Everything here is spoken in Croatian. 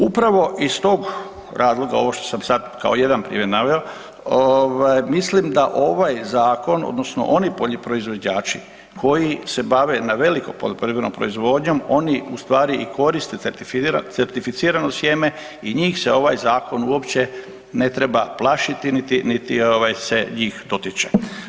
Upravo iz tog razloga, ovo što sam sad kao jedan primjer naveo, mislim da ovaj zakon odnosno oni proizvođači koji se bave na veliko poljoprivrednom proizvodnjom oni ustvari i koriste certificirano sjeme i njih se ovaj zakon uopće ne treba plašiti niti se njih dotiče.